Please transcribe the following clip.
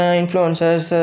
influencers